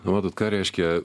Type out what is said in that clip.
na matot ką reiškia